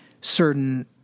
certain